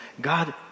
God